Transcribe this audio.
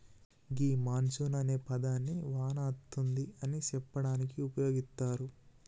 గీ monsoon అనే పదాన్ని వాన అతుంది అని సెప్పడానికి ఉపయోగిత్తారు